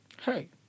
Hey